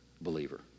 believer